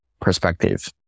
perspective